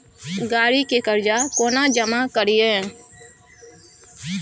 गाड़ी के कर्जा केना जमा करिए?